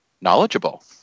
knowledgeable